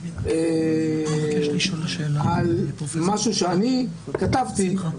על משהו שאני כתבתי,